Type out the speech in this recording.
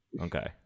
okay